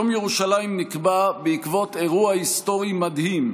יום ירושלים נקבע בעקבות אירוע היסטורי מדהים: